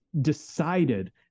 decided